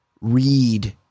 read